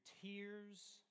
tears